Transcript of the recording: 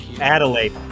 Adelaide